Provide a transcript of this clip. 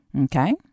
Okay